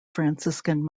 franciscan